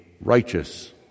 righteous